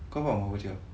kau faham tak aku cakap